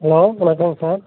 hello வணக்கங்க sir